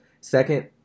Second